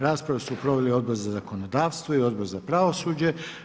Raspravu su proveli Odbor za zakonodavstvo i Odbor za pravosuđe.